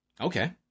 Okay